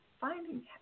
finding